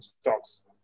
stocks